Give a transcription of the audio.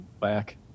back